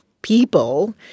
people